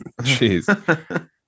Jeez